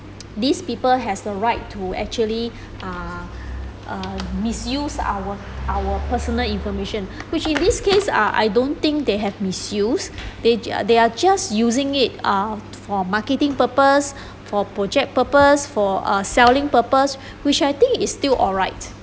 these people has the right to actually uh uh misuse our our personal information which in this case uh I don't think they have misused they uh they are just using it uh for marketing purpose for project purpose for uh selling purpose which I think is still alright